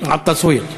האזרח קונה